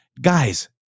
guys